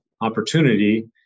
opportunity